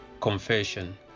confession